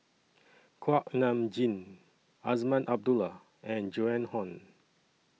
Kuak Nam Jin Azman Abdullah and Joan Hon